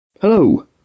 Hello